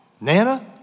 Nana